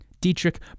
Dietrich